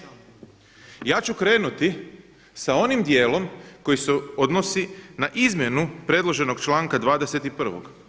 Ja ću krenuti sa onim dijelom koji se odnosi na izmjenu predloženog članka 21.